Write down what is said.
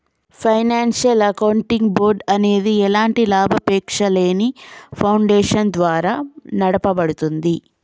financial accounting board అనేది ఎలాంటి లాభాపేక్షలేని ఫౌండేషన్ ద్వారా నడపబడుద్ది